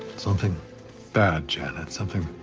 something bad, janet. something.